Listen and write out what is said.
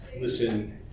listen